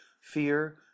fear